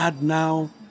now